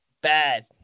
bad